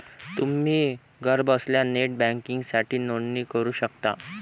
तुम्ही घरबसल्या नेट बँकिंगसाठी नोंदणी करू शकता